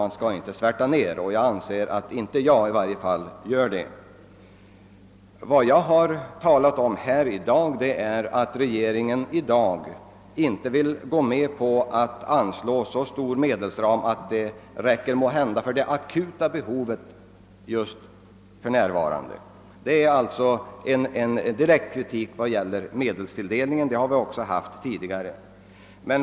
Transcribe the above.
Jag anser att i varje fall jag inte svärtar ned den. Vad jag har påtalat i dag är att regeringen inte vill gå med på att anslå en så vid medelsram att pengarna räcker för det akuta behovet. Jag riktar alltså direkt kritik mot medelstilldelningen, och det har gjorts också tidigare.